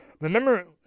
Remember